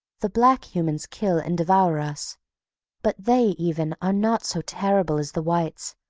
the black humans kill and devour us but they, even, are not so terrible as the whites,